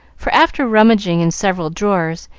for, after rummaging in several drawers,